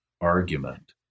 argument